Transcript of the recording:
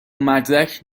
مدرک